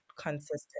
consistent